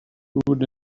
through